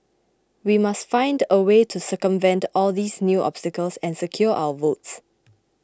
we must find a way to circumvent all these new obstacles and secure our votes